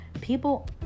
People